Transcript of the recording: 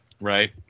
right